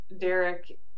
Derek